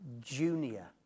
junior